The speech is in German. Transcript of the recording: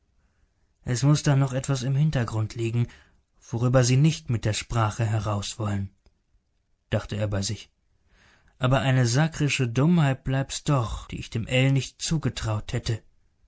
es muß da noch etwas im hintergrund liegen worüber sie nicht mit der sprache herauswollen dachte er bei sich aber eine sakrische dummheit bleibt's doch die ich dem ell nicht zugetraut hätte